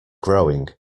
growing